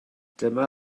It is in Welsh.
dyma